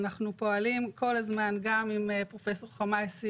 אנחנו פועלים כל הזמן גם עם פרופ' חמאייסי